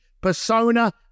persona